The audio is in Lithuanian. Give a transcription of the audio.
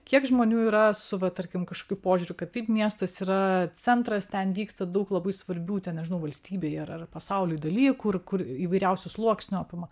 kiek žmonių yra su va tarkim kažkokiu požiūriu kad taip miestas yra centras ten vyksta daug labai svarbių ten nežinau valstybei ar ar pasauliui dalykų ir kur įvairiausių sluoksnių apima